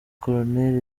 koloneri